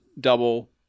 double